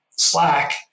Slack